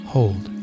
Hold